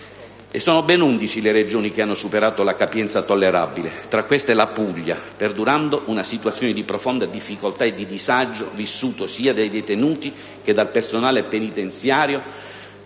sono ben 11 le Regioni che hanno superato la capienza tollerabile; tra queste, la Puglia, perdurando una situazione di profonda difficoltà e di disagio vissuto sia dai detenuti sia dal personale penitenziario,